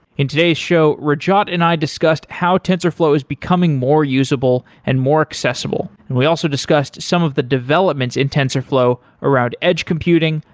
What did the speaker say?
in today's show, rajat and i discussed how tensorflow is becoming more usable and more accessible and we also discussed some of the developments in tensorflow around edge computing,